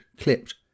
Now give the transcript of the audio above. clipped